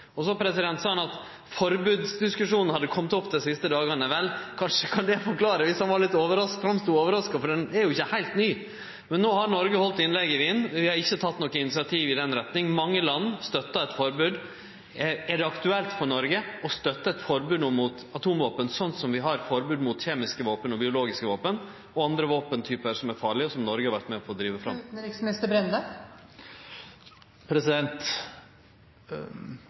regjeringa? Så sa han at forbodsdiskusjonen hadde komen opp dei siste dagane. Vel, kanskje kan det forklare at han stod fram som litt overraska, for den diskusjonen er jo ikkje heilt ny. No har Noreg halde innlegg i Wien, og vi har ikkje teke noko initiativ i den retninga. Mange land støttar eit forbod. Er det aktuelt for Noreg å støtte eit forbod mot atomvåpen, slik som vi har forbod mot kjemiske våpen, biologiske våpen og andre våpentypar som er farlege, og som Noreg har vore med på å drive